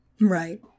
Right